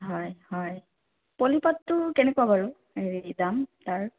হয় হয় পলী পাটটো কেনেকুৱা বাৰু হেৰি দাম তাৰ